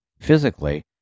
physically